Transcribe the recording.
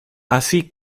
así